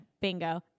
Bingo